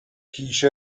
پیش